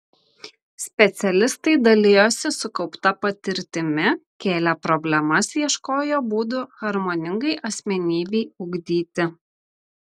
specialistai dalijosi sukaupta patirtimi kėlė problemas ieškojo būdų harmoningai asmenybei ugdyti